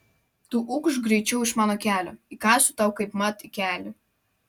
tu ukš greičiau iš mano kelio įkąsiu tau kaipmat į kelį